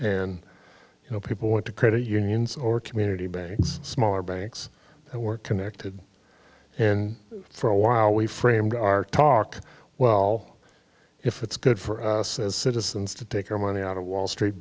and you know people want to credit unions or community banks smaller banks and we're connected and for a while we framed our talk well if it's good for us as citizens to take our money out of wall street